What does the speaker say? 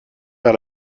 par